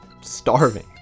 starving